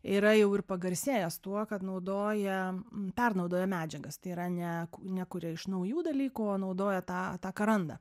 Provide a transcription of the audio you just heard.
yra jau ir pagarsėjęs tuo kad naudoja pernaudoja medžiagas tai yra nek nekuria iš naujų dalykų o naudoja tą tą ką randa